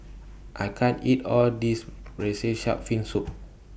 I can't eat All This Braised Shark Fin Soup